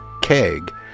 keg